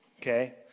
okay